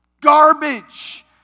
garbage